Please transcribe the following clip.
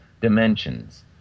dimensions